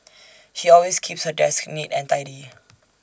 she always keeps her desk neat and tidy